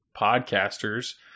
podcasters